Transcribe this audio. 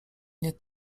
nie